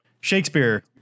Shakespeare